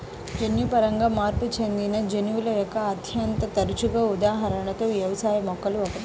జన్యుపరంగా మార్పు చెందిన జీవుల యొక్క అత్యంత తరచుగా ఉదాహరణలలో వ్యవసాయ మొక్కలు ఒకటి